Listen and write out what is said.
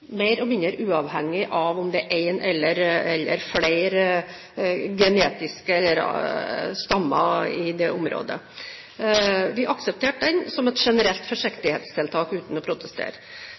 mer og mindre uavhengig av om det er én eller flere genetiske stammer i det området. Vi aksepterte den som et generelt forsiktighetstiltak, uten å protestere.